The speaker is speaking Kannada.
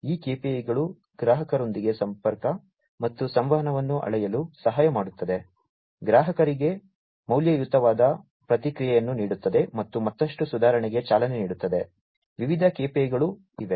ಈ KPI ಗಳು ಗ್ರಾಹಕರೊಂದಿಗೆ ಸಂಪರ್ಕ ಮತ್ತು ಸಂವಹನವನ್ನು ಅಳೆಯಲು ಸಹಾಯ ಮಾಡುತ್ತದೆ ಗ್ರಾಹಕರಿಗೆ ಮೌಲ್ಯಯುತವಾದ ಪ್ರತಿಕ್ರಿಯೆಯನ್ನು ನೀಡುತ್ತದೆ ಮತ್ತು ಮತ್ತಷ್ಟು ಸುಧಾರಣೆಗೆ ಚಾಲನೆ ನೀಡುತ್ತದೆ ವಿವಿಧ KPI ಗಳು ಇವೆ